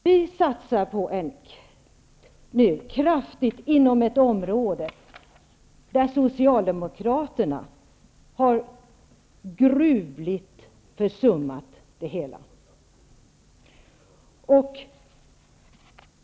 Vi satsar nu kraftigt inom ett område som socialdemokraterna gruvligt har försummat.